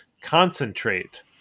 concentrate